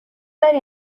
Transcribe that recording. داری